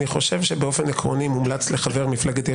אני חושב שבאופן עקרוני מומלץ לחבר מפלגת יש